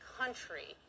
country